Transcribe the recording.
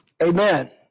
Amen